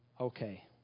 Okay